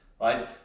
right